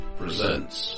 presents